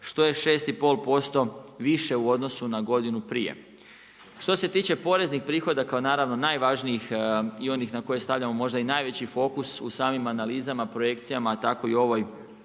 što je 6,5% više u odnosu na godinu prije. Što se tiče poreznih prihoda kao naravno najvažnijih i onih na koje stavljamo možda i najveći fokus u samim analizama, projekcijama a tako i u ovoj